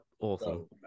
awesome